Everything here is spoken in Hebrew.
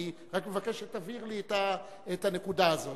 אני רק מבקש שתבהיר לי את הנקודה הזאת.